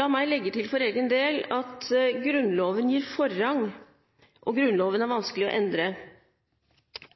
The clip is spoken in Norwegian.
La meg for egen del legge til at Grunnloven gir forrang, og den er vanskelig å endre.